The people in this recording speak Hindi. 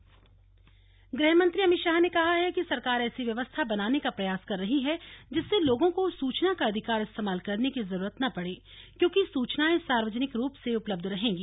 अमित शाह गृहमंत्री अमित शाह ने कहा है कि सरकार ऐसी व्यवस्था बनाने का प्रयास कर रही है जिससे लोगों को सूचना का अधिकार इस्तेमाल करने की जरूरत न पड़े क्योंकि सूचनाएं सार्वजनिक रूप से उपलब्ध रहेंगी